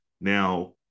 Now